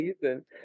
season